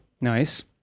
nice